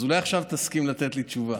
אז אולי עכשיו תסכים לתת לי תשובה.